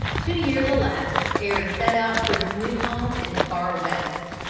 two years elapsed ere he set out for his new home in the far-west.